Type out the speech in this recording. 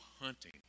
hunting